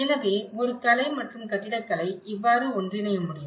எனவே ஒரு கலை மற்றும் கட்டிடக்கலை இவ்வாறு ஒன்றிணைய முடியும்